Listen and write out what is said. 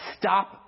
stop